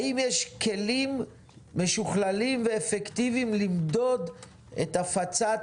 אלא האם יש כלים משוכללים ואפקטיביים למדוד את הפצת